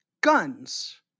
guns